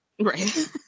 right